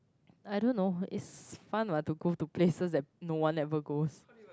I don't know it's fun what to go to places that no one never goes